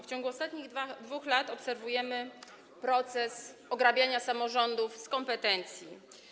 W ciągu ostatnich 2 lat obserwujemy proces ograbiania samorządów z kompetencji.